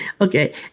Okay